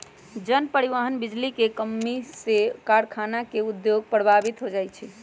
जन, परिवहन, बिजली के कम्मी से कारखाना के उद्योग प्रभावित हो जाइ छै